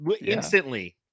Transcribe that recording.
Instantly